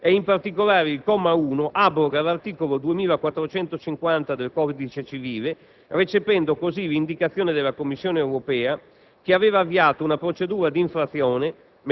In particolare, il comma 1 abroga l'articolo 2450 del codice civile, recependo così l'indicazione della Commissione europea che aveva avviato una procedura d'infrazione,